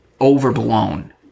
overblown